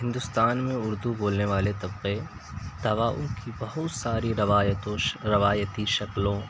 ہندوستان میں اردو بولنے والے طبقے دواؤں کی بہت ساری روایتوں روایتی شکلوں